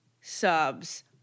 subs